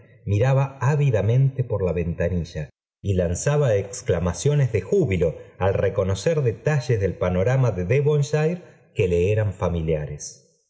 baronet tniraba ávidamente por la ventanilla y lanzaba exclamaciones de júbilo al reconocer detalles de panorama de devonshire que le eran